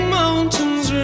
mountains